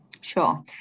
Sure